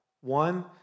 One